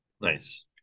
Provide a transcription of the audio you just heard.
Nice